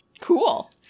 Cool